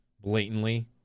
blatantly